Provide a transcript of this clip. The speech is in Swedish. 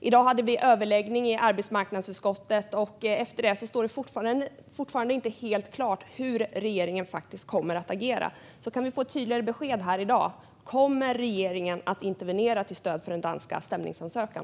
I dag hade vi en överläggning i arbetsmarknadsutskottet, och efter det står det fortfarande inte helt klart hur regeringen faktiskt kommer att agera. Kan vi få ett tydligare besked här i dag? Kommer regeringen att intervenera till stöd för den danska stämningsansökan?